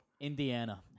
Indiana